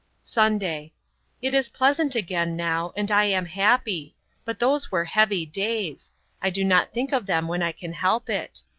sunday it is pleasant again, now, and i am happy but those were heavy days i do not think of them when i can help it.